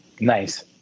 Nice